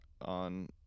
on